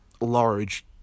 large